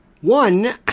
One